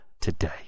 today